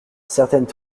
certaines